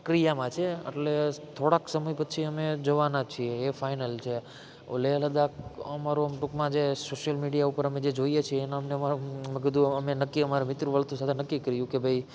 પ્રક્રિયામાં છે એટલે થોડાક સમય પછી અમે જવાના જ છીએ એ ફાઇનલ છે લેહ લદાખ અમારું આમ ટૂંકમાં જે સોશિયલ મીડિયા ઉપર અમે જે જોઈએ છે એના અમને મેં કીધું અમે નક્કી અમારા મિત્ર વર્તુળ સાથે નક્કી કર્યું કે ભાઈ